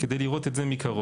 כדי לראות את זה מקרוב.